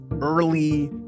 early